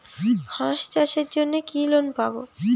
হাঁস চাষের জন্য কি লোন পাব?